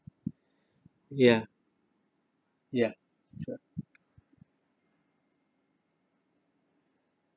ya ya sure